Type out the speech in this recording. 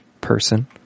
person